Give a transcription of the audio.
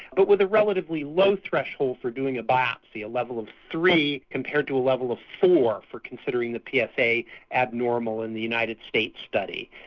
but with a relatively low threshold for doing a biopsy a level of three compared to a level of four for considering the yeah psa abnormal in the united states study.